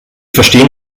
verstehen